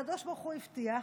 הקדוש ברוך הוא הבטיח,